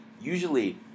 usually